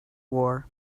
war